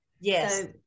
yes